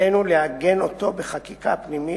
עלינו לעגן אותו בחקיקה פנימית,